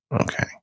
Okay